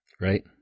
Right